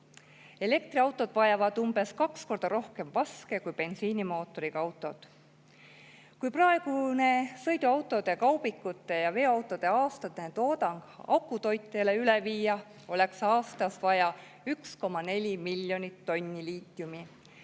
Elektriautod vajavad umbes kaks korda rohkem vaske kui bensiinimootoriga autod. Kui praegune sõiduautode, kaubikute ja veoautode aastane toodang akutoitele üle viia, oleks aastas vaja 1,4 miljonit tonni liitiumi.